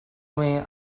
may